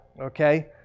okay